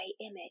image